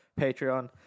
Patreon